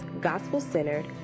gospel-centered